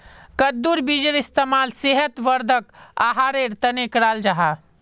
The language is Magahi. कद्दुर बीजेर इस्तेमाल सेहत वर्धक आहारेर तने कराल जाहा